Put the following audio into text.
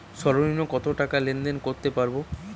সর্বনিম্ন কত টাকা লেনদেন করতে পারবো?